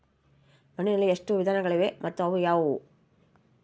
ಮಣ್ಣಿನಲ್ಲಿ ಎಷ್ಟು ವಿಧಗಳಿವೆ ಮತ್ತು ಅವು ಯಾವುವು?